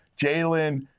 Jalen